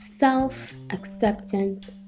Self-acceptance